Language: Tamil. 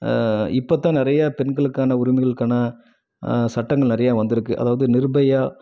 இப்போத்தான் நிறைய பெண்களுக்கான உரிமைகளுக்கான சட்டங்கள் நிறையா வந்துருக்குது அதாவது நிர்பயா